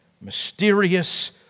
mysterious